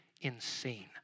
insane